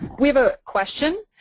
we have a question.